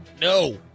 No